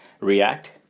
react